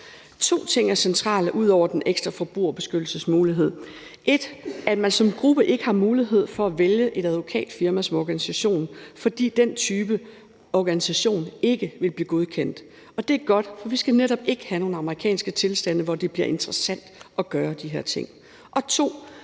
To ting er centrale ud over den ekstra forbrugerbeskyttelsesmulighed: 1) at man som gruppe ikke har mulighed for at vælge et advokatfirma som organisation, fordi den type organisation ikke vil blive godkendt, og det er godt, for vi skal netop ikke have amerikanske tilstande, hvor det bliver interessant at gøre de her ting, og